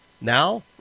Now